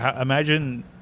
imagine